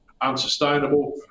unsustainable